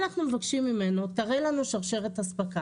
אנחנו מבקשים ממנו 'תראה לנו שרשרת אספקה'.